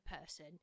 person